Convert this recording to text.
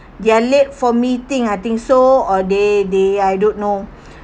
they're late for meeting I think so or they they I don't know